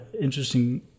interesting